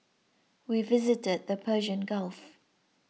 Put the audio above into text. we visited the Persian Gulf